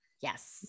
Yes